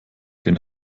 den